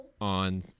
on